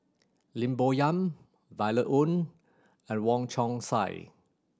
Lim Bo Yam Violet Oon and Wong Chong Sai